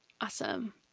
Awesome